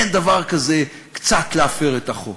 אין דבר כזה קצת להפר את החוק,